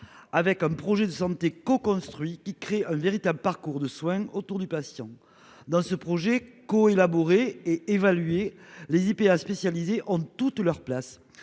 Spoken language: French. avec un projet de santé co-construit qui crée un véritable parcours de soins autour du patient dans ce projet co-élaborer et évaluer les IPA spécialisés ont toute leur place.